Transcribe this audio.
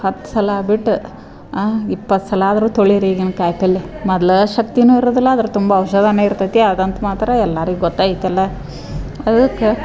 ಹತ್ತು ಸಲ ಬಿಟ್ಟು ಆಂ ಇಪ್ಪತ್ತು ಸಲ ಆದ್ರೂ ತೊಳೀರಿ ಈಗಿನ ಕಾಯಿಪಲ್ಲೆ ಮೊದ್ಲೇ ಶಕ್ತಿನೂ ಇರುವುದಿಲ್ಲ ಅದ್ರ ತುಂಬ ಔಷಧೀನು ಇರ್ತೈತಿ ಅದಂತೂ ಮಾತ್ರ ಎಲ್ಲರಿಗೆ ಗೊತೈತಿ ಅಲ್ವಾ ಅದಕ್ಕೆ